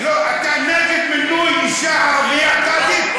אתה נגד מינוי אישה ערבייה קאדית?